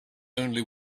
only